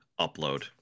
Upload